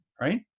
Right